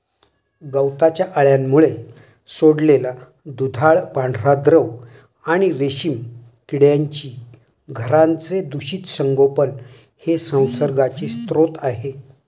गवताच्या अळ्यांमुळे सोडलेला दुधाळ पांढरा द्रव आणि रेशीम किड्यांची घरांचे दूषित संगोपन हे संसर्गाचे स्रोत आहे